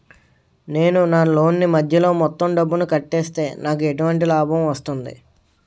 నేను నా లోన్ నీ మధ్యలో మొత్తం డబ్బును కట్టేస్తే నాకు ఎటువంటి లాభం వస్తుంది?